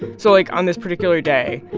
so, like, on this particular day,